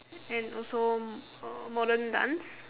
and also uh modern dance